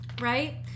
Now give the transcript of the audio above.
right